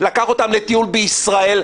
לטיול בישראל,